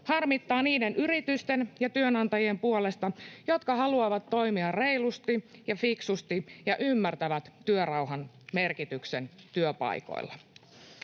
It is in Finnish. Harmittaa niiden yritysten ja työnantajien puolesta, jotka haluavat toimia reilusti ja fiksusti ja ymmärtävät työrauhan merkityksen työpaikoilla.